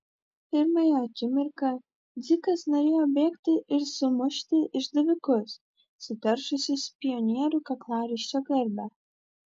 pirmąją akimirką dzikas norėjo bėgti ir sumušti išdavikus suteršusius pionierių kaklaraiščio garbę